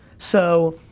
so,